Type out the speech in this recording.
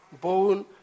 bone